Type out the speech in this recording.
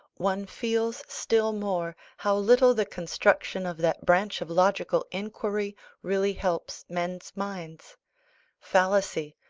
one feels still more how little the construction of that branch of logical inquiry really helps men's minds fallacy,